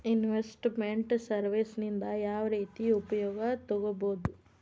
Invest made services ನಿಂದಾ ಯಾವ್ರೇತಿ ಉಪಯೊಗ ತಗೊಬೊದು?